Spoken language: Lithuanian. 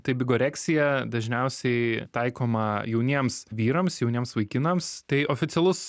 tai bigoreksija dažniausiai taikoma jauniems vyrams jauniems vaikinams tai oficialus